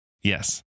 Yes